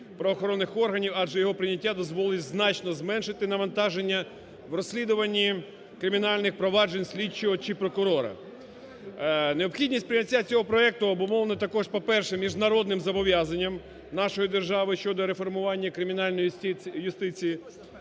адже його прийняття дозволить значно зменшити навантаження в розслідуванні кримінальних проваджень слідчого чи прокурора. Необхідність прийняття цього проекту обумовлене також, по-перше, міжнародним зобов’язанням нашої держави щодо реформування кримінальної юстиції